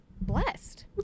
blessed